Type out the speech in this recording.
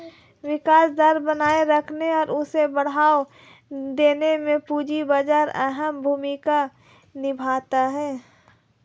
विकास दर बनाये रखने और उसे बढ़ावा देने में पूंजी बाजार अहम भूमिका निभाता है